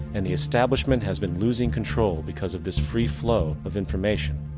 and the establishment has been losing control because of this free flow of information.